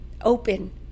open